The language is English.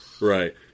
right